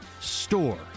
store